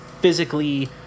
physically